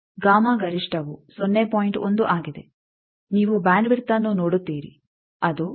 1 ಆಗಿದೆ ನೀವು ಬ್ಯಾಂಡ್ ವಿಡ್ತ್ಅನ್ನು ನೋಡುತ್ತೀರಿ ಅದು 1